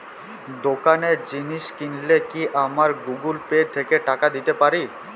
দোকানে জিনিস কিনলে কি আমার গুগল পে থেকে টাকা দিতে পারি?